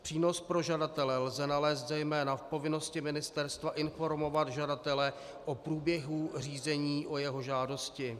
Přínos pro žadatele lze nalézt zejména v povinnosti ministerstva informovat žadatele o průběhu řízení o jeho žádosti.